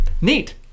Neat